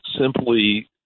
simply